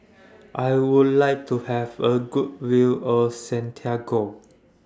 I Would like to Have A Good View of Santiago